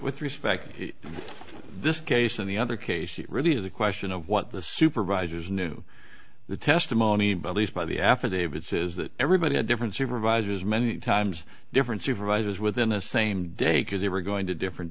with respect to this case and the other case it really is a question of what the supervisors knew the testimony but least by the affidavit says that everybody had different supervisors many times different supervisors within a same day because they were going to different